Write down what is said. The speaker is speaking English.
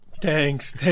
Thanks